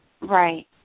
Right